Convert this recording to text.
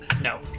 no